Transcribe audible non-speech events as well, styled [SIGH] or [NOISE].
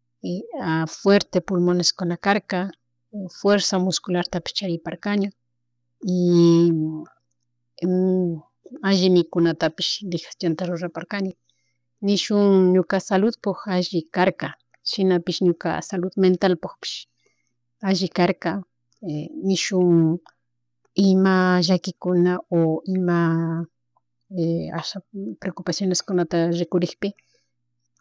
(-) Fuerte pulmoneskuna karka fuerza musculartapish chariparkani y [HESITATION] alli mikutapish digestionta ruraparkani nishun ñuka saludpuk alli karka shinapish ñuka salud mentalpukpish alli karka [HESITATION] nishun ima llakikuna o ima [HESITATION] asha preocupacioneskunata rikurikpi